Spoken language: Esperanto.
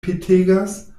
petegas